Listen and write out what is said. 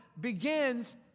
begins